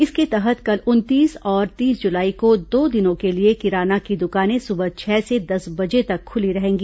इसके तहत कल उनतीस और तीस जुलाई को दो दिनों के लिए किराना की दुकानें सुबह छह से दस बजे तक खुली रहेंगी